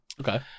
Okay